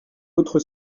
autre